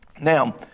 Now